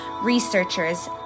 researchers